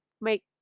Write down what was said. make